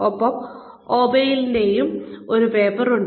ഒപ്പം ഒ ബോയിലിന്റെ O'Boyle ഒരു പേപ്പർ ഉണ്ട്